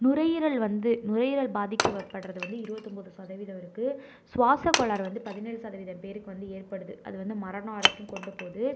நுரையீரல் வந்து நுரையீரல் பாதிக்கப்படுகிறது வந்து இருபத்தி ஒம்பது சதவீதம் இருக்குது சுவாசக்கோளாறு வந்து பதினேழு சதவீதம் பேருக்கு வந்து ஏற்படுது அது வந்து மரணம் வரைக்கும் கொண்டு போகுது